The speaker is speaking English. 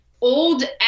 old